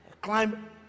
Climb